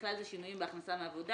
בכלל זה שינויים בהכנסה מעבודה,